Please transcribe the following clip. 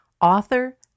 author